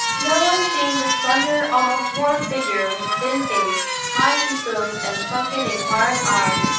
no one seeing this slender, almost dwarfed, figure with the thin face, high cheekbones and sunken, inquiring eyes,